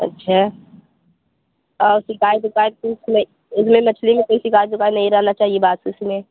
अच्छा और शिकायत विकायत उसमें उसमें मछली में कोई शिकायत विकायत नहीं रहना चाहिए बात उसमें